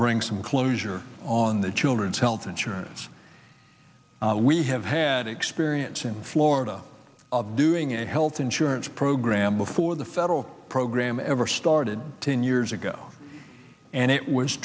bring some closure on the children's health insurance we have had experience in florida of doing a health insurance program before the federal program ever started ten years ago and it was